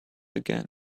again